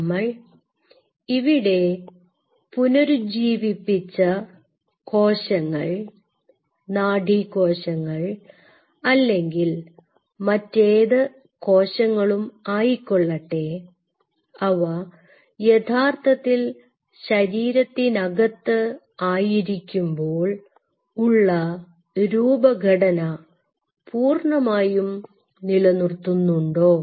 നമ്മൾ ഇവിടെ പുനരുജ്ജീവിപ്പിച്ച കോശങ്ങൾ നാഡീകോശങ്ങൾ അല്ലെങ്കിൽ മറ്റേത് കോശങ്ങളും ആയിക്കൊള്ളട്ടെ അവ യഥാർത്ഥത്തിൽ ശരീരത്തിനകത്ത് ആയിരിക്കുമ്പോൾ ഉള്ള രൂപഘടന പൂർണമായും നിലനിർത്തുന്നുണ്ടോ